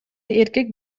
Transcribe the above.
эркек